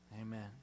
Amen